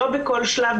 לא בכל שלב,